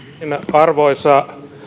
arvoisa